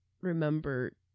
remember